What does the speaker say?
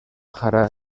jara